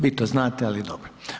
Vi to znate, ali dobro.